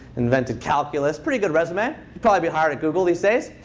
invented calculus. pretty good resume. he'd probably be hired at google these days.